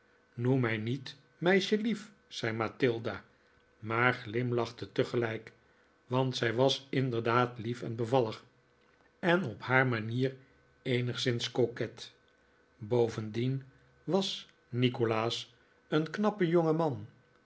noem mij niet meisjelief zei mathilda maar glimlachte tegelijk want zij was inderdaad lief en bevallig en op haar manier eenigszins coquet bovendien was nikolaas een knappe jongeman